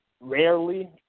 rarely